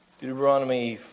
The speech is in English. Deuteronomy